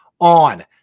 on